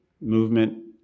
movement